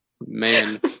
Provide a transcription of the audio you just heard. man